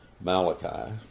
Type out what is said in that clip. Malachi